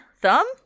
Thumb